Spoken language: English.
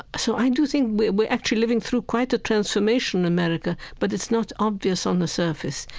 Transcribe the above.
so i do think we're we're actually living through quite a transformation in america, but it's not obvious on the surface.